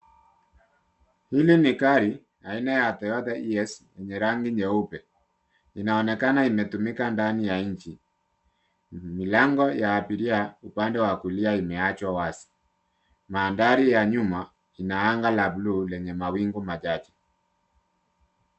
Hili ni gari aina ya Toyota Hiace yenye rangi nyeupe, linaonekana limetumika ndani ya nchi. Milango ya abiria upande wa kulia, imeachwa wazi. Mandhari ya nyuma ina anga la blue , lenye mawingu machache.